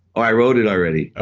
i wrote it already.